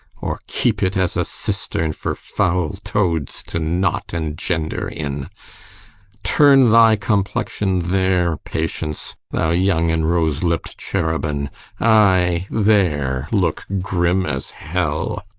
or keep it as a cistern for foul toads to knot and gender in turn thy complexion there, patience, thou young and rose-lipp'd cherubin ay, there, look grim as hell!